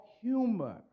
humor